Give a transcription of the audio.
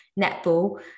Netball